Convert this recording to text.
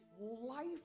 life